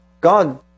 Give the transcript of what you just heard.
God